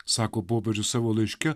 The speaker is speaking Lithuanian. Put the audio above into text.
sako popiežius savo laiške